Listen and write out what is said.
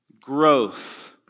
growth